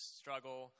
struggle